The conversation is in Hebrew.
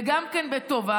וגם בטובה.